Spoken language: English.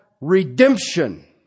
redemption